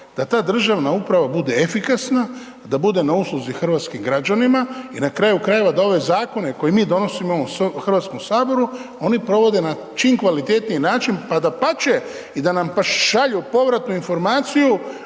da ta državna uprava bude efikasna, da bude na usluzi hrvatskim građanima i nakraju krajeva, da ove zakone, koje mi donesimo u Hrvatskom saboru, oni provode na čim kvalitetniji način, pa dapače, da nam šalju povratnu informaciju,